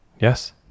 Yes